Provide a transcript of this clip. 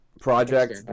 project